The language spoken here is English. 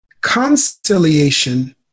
conciliation